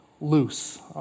loose